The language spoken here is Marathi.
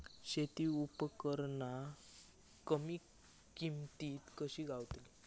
शेती उपकरणा कमी किमतीत कशी गावतली?